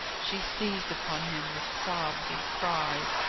she seized upon him with sobs and cries,